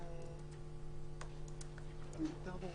יותר פירוט